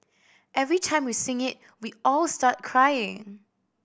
every time we sing it we all start crying